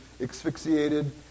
asphyxiated